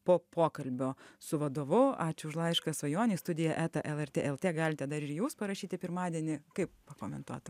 po pokalbio su vadovu ačiū už laišką svajonei studija eta lrt lt galite dar ir jūs parašyti pirmadienį kaip pakomentuotum